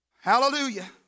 Hallelujah